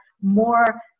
more